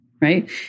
Right